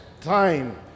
time